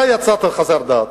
אתה יצאת חסר דת.